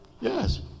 yes